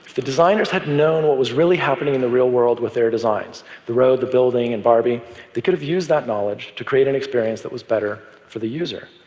the designers had known what was really happening in the real world with their designs the road, the building, and barbie they could've used that knowledge to create an experience that was better for the user.